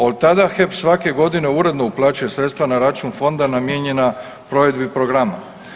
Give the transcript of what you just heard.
Od tada HEP svake godine uredno uplaćuje sredstva na račun fonda namijenjena provedbi programa.